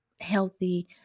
healthy